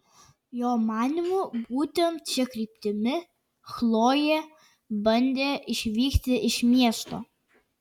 jo manymu būtent šia kryptimi chlojė bandė išvykti iš miesto